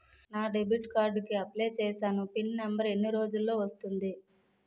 నా debit card కి apply చూసాను పిన్ నంబర్ ఎన్ని రోజుల్లో వస్తుంది?